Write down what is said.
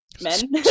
men